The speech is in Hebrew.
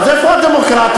אז איפה הדמוקרטיה?